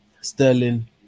Sterling